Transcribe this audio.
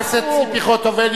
חברת הכנסת ציפי חוטובלי,